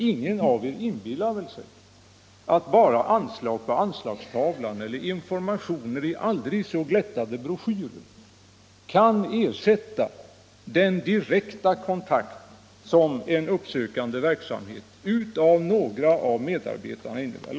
Ingen av er inbillar sig väl att anslag på en anslagstavla eller informationer i aldrig så glättade broschyrer kan ersätta den direkta kontakt som en uppsökande verksamhet av några av medarbetarna innebär.